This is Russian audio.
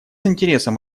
интересом